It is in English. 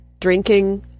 drinking